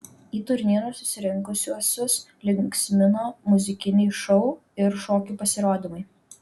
į turnyrą susirinkusiuosius linksmino muzikiniai šou ir šokių pasirodymai